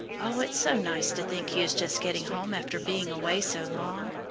oh, it's so nice to think he is just getting home after being away so long.